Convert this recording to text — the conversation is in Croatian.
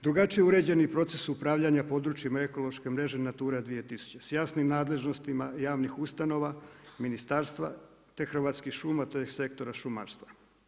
Drugačiji određeni proces upravljanja područjima ekološke mreže, natura 2000. s jasnim nadležnostima javnih ustanova, ministarstva, te hrvatskih šuma, tj. sektora šumarstva.